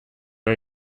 are